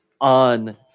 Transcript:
on